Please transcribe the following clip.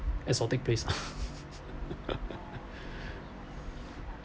exotic place ah